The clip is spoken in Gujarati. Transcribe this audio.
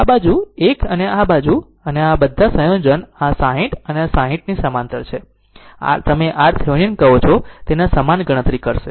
તેથી આ બાજુ આ એક અને આ બાજુ અને આ બધા સંયોજન આ 60 આ 60 ની સમાંતર છે અને તમે RThevenin કહો છો તેના સમાન ગણતરી કરશે